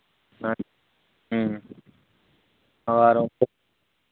ᱟᱨ